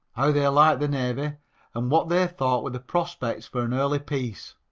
how they liked the navy and what they thought were the prospects for an early peace.